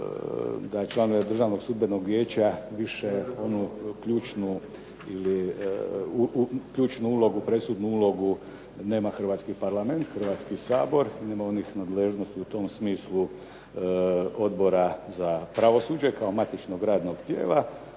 da članovi Državno sudbenog vijeća više onu ključnu, presudnu ulogu nema hrvatski Parlament, Hrvatski sabor, nema onih nadležnosti u tom smislu Odbora za pravosuđe kao matičnog radnog tijela,